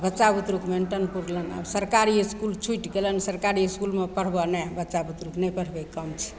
बच्चा बुतरुके मेन्टेन पुरलनि आब सरकारी इसकुल छुटि गेलनि सरकारी इसकुलमे पढ़बऽ नहि बच्चा बुतरुके नहि पढ़बैके काम छै